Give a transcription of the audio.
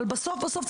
אבל בסוף-בסוף,